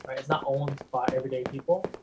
it's not owned by everyday people